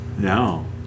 No